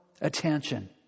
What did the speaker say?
attention